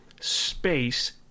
space